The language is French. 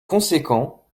conséquents